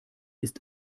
ist